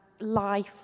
life